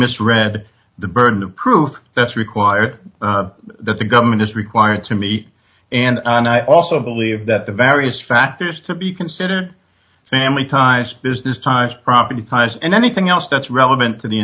misread the burden of proof that's require that the government is required to meet and and i also believe that the various factors to be considered family ties business ties property ties and anything else that's relevant to the